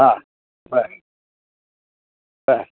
हां बरं बरं